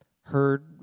heard